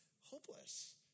hopeless